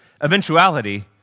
eventuality